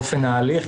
אופן ההליך,